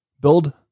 Build